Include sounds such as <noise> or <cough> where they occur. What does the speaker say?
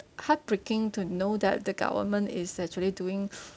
heart breaking to know that the government is actually doing <breath>